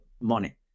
money